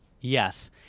Yes